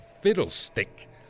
fiddlestick